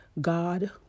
God